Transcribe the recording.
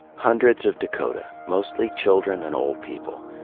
hundreds of dakota, mostly children and old people,